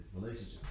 relationship